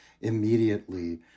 immediately